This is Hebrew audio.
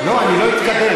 לא, אני לא אתקדם.